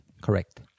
correct